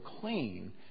clean